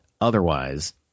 Otherwise